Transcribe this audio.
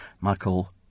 Michael